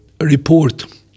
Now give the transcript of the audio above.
report